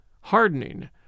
hardening